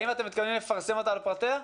האם אתם מתכוונים לפרסם אותה לפרטיה?